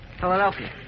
Philadelphia